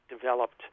developed